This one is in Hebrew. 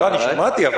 אני שמעתי.